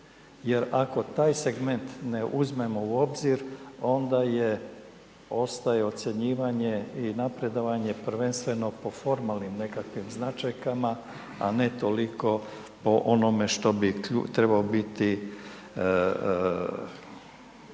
jer ako taj segment ne uzmemo u obzir, onda je ostaje ocjenjivanje i napredovanje prvenstveno po formalnim nekakvim značajkama, a ne toliko po onome što bi trebao biti,